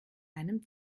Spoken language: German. einem